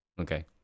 Okay